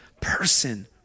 person